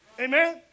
Amen